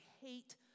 hate